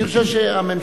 אני חושב שהממשלה,